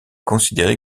considéré